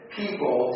people